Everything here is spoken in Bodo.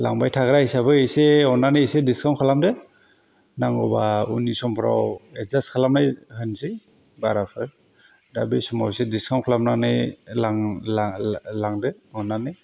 लांबाय थाग्रा हिसाबै एसे अननानै एसे दिसकाउन्ट खालामदो नांगौबा उननि समफोराव एदजास्ट खालामना होनोसै बाराफोर दा बे समाव एसे दिसकाउन्ट खालामनानै लांदो अननानै